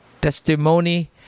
testimony